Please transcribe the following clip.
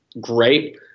great